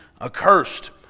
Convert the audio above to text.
accursed